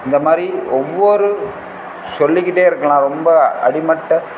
இந்த மாதிரி ஒவ்வொரு சொல்லிக்கிட்டே இருக்கலாம் ரொம்ப அடிமட்ட